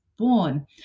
Born